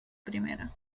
primera